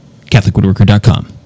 Catholicwoodworker.com